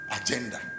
agenda